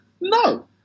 No